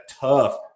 tough